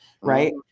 right